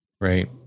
Right